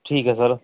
ਠੀਕ ਹੈ ਸਰ